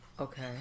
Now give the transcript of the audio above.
Okay